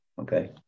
okay